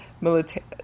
military